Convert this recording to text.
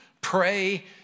pray